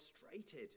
frustrated